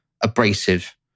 abrasive